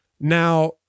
Now